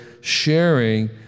sharing